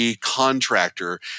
contractor